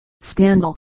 Scandal